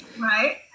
right